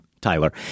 Tyler